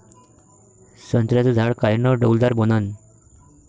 संत्र्याचं झाड कायनं डौलदार बनन?